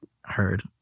Heard